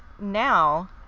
now